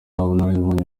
ubunararibonye